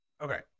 Okay